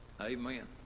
amen